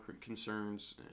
concerns